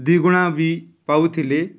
ଦିଗୁଣା ବି ପାଉଥିଲେ